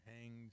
hanged